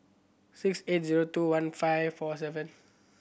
six eight zero two one five four seven